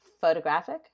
photographic